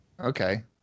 Okay